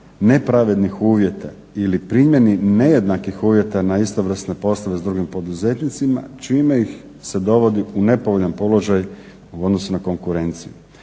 nepravednih uvjeta ili primjeni nejednakih uvjeta na istovrsne poslove s drugim poduzetnicima čime ih se dovodi u nepovoljan položaj u odnosu na konkurenciju.